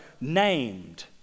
named